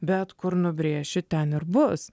bet kur nubrėši ten ir bus